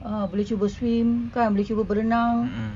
uh boleh cuba swim boleh cuba berenang